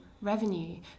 revenue